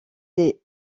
des